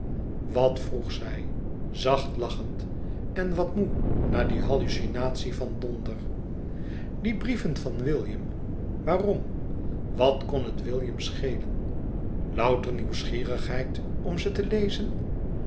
wat vroeg zij zacht lachend en wat moê na die hallucinatie van donder die brieven en william waarom wat kon het william schelen louter nieuwsgierigheid om ze te lezen